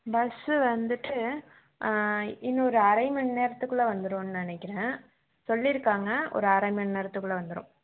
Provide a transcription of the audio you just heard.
bus வந்துவிட்டு இன்னும் ஒரு அரைமணி நேரத்துக்குள்ளே வந்துருன்னு நினைக்கிறேன் சொல்லிருக்காங்க ஒரு அரைமணி நேரத்துக்குள்ளே வந்துரும்